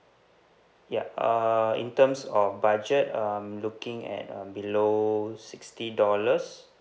ya uh in terms of budget I'm looking at um below sixty dollars